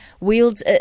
wields